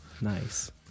Nice